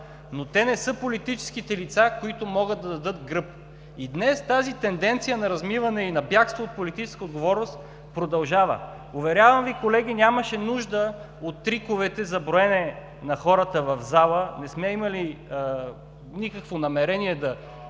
но те не са политическите лица, които могат да дадат гръб. И днес тази тенденция на размиване и на бягство от политическа отговорност продължава. Уверявам Ви, колеги, нямаше нужда от триковете за броене на хората в залата. Не сме имали никакво намерение да